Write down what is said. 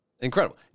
Incredible